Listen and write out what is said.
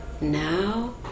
now